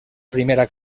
primera